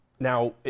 Now